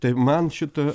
tai man šito